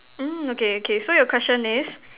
um okay okay so your question is